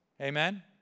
Amen